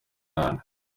cyane